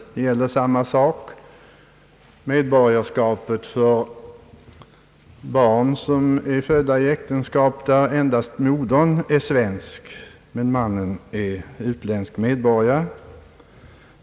Det gäller medborgarskap för barn som är födda i äktenskap, där endast modern är svensk medan fadern är utländsk medborgare.